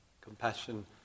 compassion